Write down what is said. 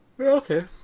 okay